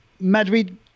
Madrid